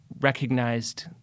recognized